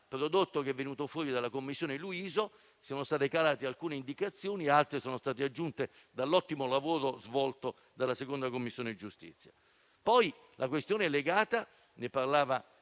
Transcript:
dal prodotto che è venuto fuori dalla commissione Luiso siano state ricavate alcune indicazioni, mentre altre sono state aggiunte grazie all'ottimo lavoro svolto dalla 2a Commissione giustizia.